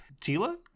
tila